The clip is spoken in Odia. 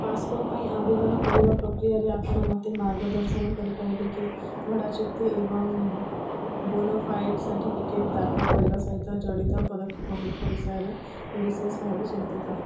ପାସପୋର୍ଟ ପାଇଁ ଆବେଦନ କରିବା ପ୍ରକ୍ରିୟାରେ ଆପଣ ମୋତେ ମାର୍ଗଦର୍ଶନ କରିପାରିବେ କି ଭଡ଼ା ଚୁକ୍ତି ଏବଂ ବୋନୋଫାଏଡ଼୍ ସାର୍ଟିଫିକେଟ୍ ଦାଖଲ କରିବା ସହିତ ଜଡ଼ିତ ପଦକ୍ଷେପ ଗୁଡ଼ିକ ବିଷୟରେ ମୁଁ ବିଶେଷ ଭାବେ ଚିନ୍ତିତ